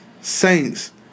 Saints